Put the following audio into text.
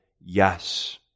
yes